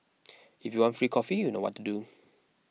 if you want free coffee you know what to do